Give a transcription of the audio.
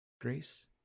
Grace